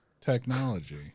technology